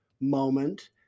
moment